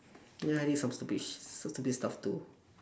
yeah I did some stupid sh~ some stupid stuff too